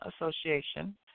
Association